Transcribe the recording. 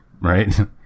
right